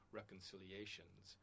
reconciliations